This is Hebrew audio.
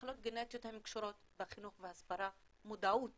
מחלות גנטיות קשורות בחינוך והסברה, מודעות